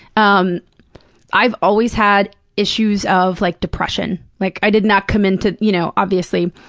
um i've always had issues of, like, depression. like, i did not come into you know obviously.